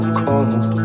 cold